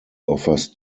offers